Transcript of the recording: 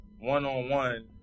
one-on-one